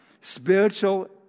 Spiritual